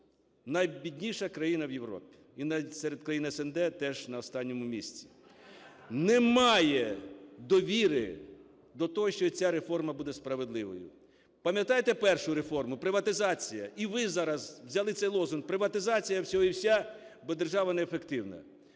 найбідніша країна в Європі, і навіть серед країн СНД теж на останньому місці. Немає довіри до того, що ця реформа буде справедливою. Пам'ятаєте першу реформу - приватизація, і ви взяли цей лозунг: приватизація всього і вся, бо держава неефективна.